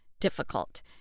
difficult